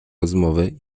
rozmowy